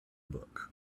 book